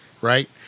right